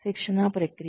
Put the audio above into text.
శిక్షణా ప్రక్రియ